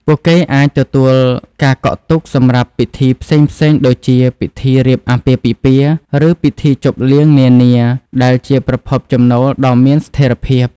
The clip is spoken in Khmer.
ពួកគេអាចទទួលការកក់ទុកសម្រាប់ពិធីផ្សេងៗដូចជាពិធីរៀបអាពាហ៍ពិពាហ៍ ឬពិធីជប់លៀងនានា ដែលជាប្រភពចំណូលដ៏មានស្ថិរភាព។